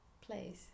place